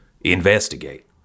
investigate